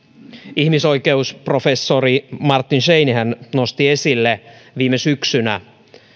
ihmisoikeusprofessori martin scheininhan nosti esille viime syksynä